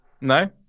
No